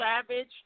savage